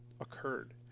Occurred